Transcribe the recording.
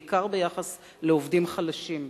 בעיקר ביחס לעובדים חלשים,